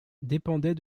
dépendait